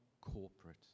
corporate